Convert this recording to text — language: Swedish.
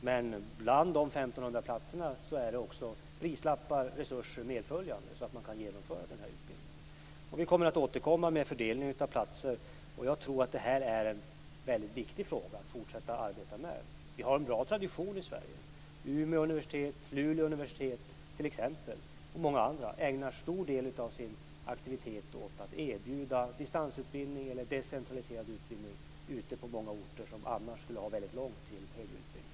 Men med de 1 500 platserna följer också resurser, så att man kan genomföra den här utbildningen. Vi kommer att återkomma om fördelningen av platser. Jag tror att det är väldigt viktigt att fortsätta att arbeta med detta. Vi har i Sverige en bra tradition. Umeå universitet, Luleå universitet och många andra utbildningsanordnare ägnar stor del av sin aktivitet åt att erbjuda distansutbildning eller decentraliserad utbildning på många orter där man annars skulle ha väldigt långt till högre utbildning.